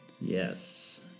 Yes